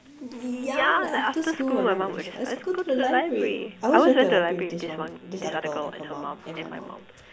yeah like after school my mum will just let's go to the library I always went to the library with this one this other girl and her mum and then my mum